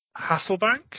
Hasselbank